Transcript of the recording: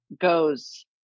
goes